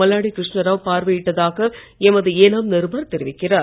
மல்லாடி கிருஷ்ணராவ் பார்வையிட்டதாக எமது ஏனாம் நிரூபர் தெரிவிக்கிறார்